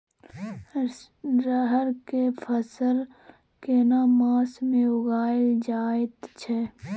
रहर के फसल केना मास में उगायल जायत छै?